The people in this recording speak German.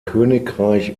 königreich